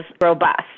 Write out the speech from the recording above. robust